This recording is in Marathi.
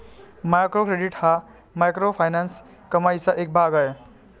मायक्रो क्रेडिट हा मायक्रोफायनान्स कमाईचा एक भाग आहे